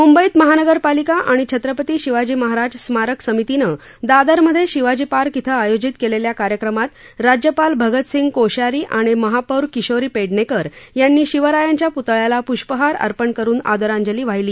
मंबईत महानगरपालिका आणि छत्रपती शिवाजी महाराज स्मारक समितीनं रमधे शिवाजी पार्क इथं आयोजित केलेल्या कार्यक्रमात राज्यपाल भगतसिंग कोश्यारी आणि महापौर किशोरी पेडणेकर यांनी शिवरायांच्या प्तळ्याला प्ष्पहार अर्पण करुन आ रांजली वाहिली